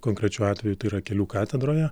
konkrečiu atveju tai yra kelių katedroje